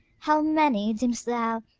how many, deem'st thou,